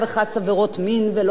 עבירות בנפש.